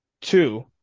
two